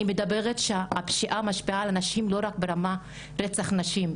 אני מדברת שהפשיעה משפיעה על נשים לא רק ברמת רצח נשים,